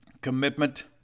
Commitment